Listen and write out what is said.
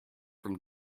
from